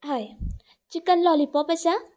हय chicken lollipop आसा